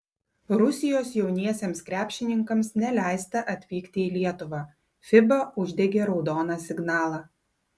rusijos jauniesiems krepšininkams neleista atvykti į lietuvą fiba uždegė raudoną signalą